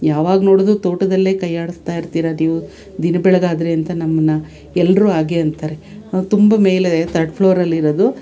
ಯಾವಾಗ ನೋಡಿದ್ರೂ ತೋಟದಲ್ಲೇ ಕೈ ಆಡಿಸ್ತಾ ಇರ್ತೀರಿ ನೀವು ದಿನ ಬೆಳಗಾದ್ರೆ ಅಂತ ನಮ್ಮನ್ನು ಎಲ್ರು ಹಾಗೆ ಅಂತಾರೆ ತುಂಬ ಮೇಲೆ ತರ್ಡ್ ಫ್ಲೋರಲ್ಲಿರೋದು